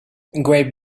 gray